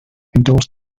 endorsed